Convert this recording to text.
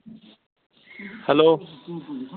hello